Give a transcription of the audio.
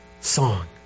song